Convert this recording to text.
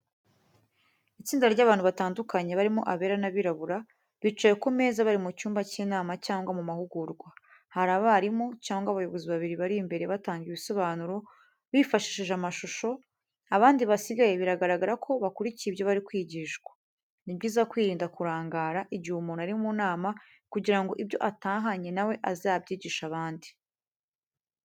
Itsinda ry’abantu batandukanye barimo abera n’abirabura, bicaye ku meza bari mu cyumba cy’inama cyangwa mu mahugurwa. Hari abarimu cyangwa abayobozi babiri bari imbere batanga ibisobanuro bifashishije amashusho, abandi basigaye biragaragara ko bakurikiye ibyo bari kwigishwa. Ni byiza kwirinda kurangara igihe umuntu ari mu nama kugira ngo ibyo atahanye na we azabyigishe abandi.